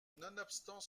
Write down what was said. nonobstant